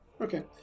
Okay